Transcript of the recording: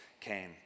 came